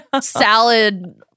salad